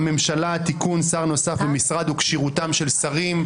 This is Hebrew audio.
הממשלה (תיקון מס' 14) (שר נוסף במשרד וכשירותם של השרים),